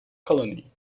colony